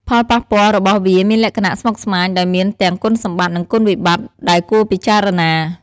ផលប៉ះពាល់របស់វាមានលក្ខណៈស្មុគស្មាញ ដោយមានទាំង គុណសម្បត្តិ និងគុណវិបត្តិ ដែលគួរពិចារណា។